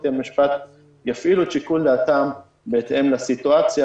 שבתי המשפט יפעילו את שיקול דעתם בהתאם לסיטואציה